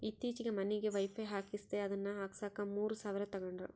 ಈತ್ತೀಚೆಗೆ ಮನಿಗೆ ವೈಫೈ ಹಾಕಿಸ್ದೆ ಅದನ್ನ ಹಾಕ್ಸಕ ಮೂರು ಸಾವಿರ ತಂಗಡ್ರು